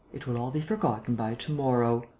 it will all be forgotten by to-morrow.